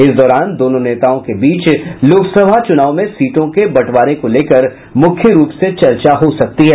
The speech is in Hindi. इस दौरान दोनों नेताओं के बीच लोकसभा चुनाव में सीटों के बंटवारे को लेकर मुख्य रूप से चर्चा हो सकती है